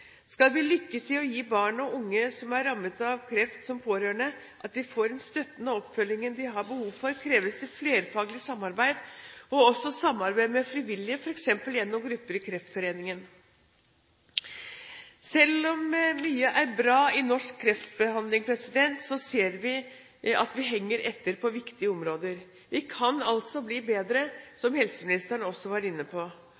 Skal vi lykkes i å gi barn og unge som er rammet av kreft som pårørende, den støtten og oppfølgingen de har behov for, kreves det flerfaglig samarbeid og også samarbeid med frivillige, f.eks. gjennom grupper i Kreftforeningen. Selv om mye er bra i norsk kreftbehandling, ser vi at vi henger etter på viktige områder. Vi kan altså bli bedre, som helseministeren også var inne på.